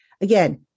Again